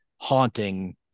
haunting